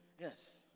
yes